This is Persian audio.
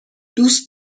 دوست